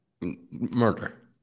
murder